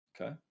Okay